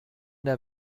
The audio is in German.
der